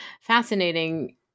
fascinating